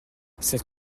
cette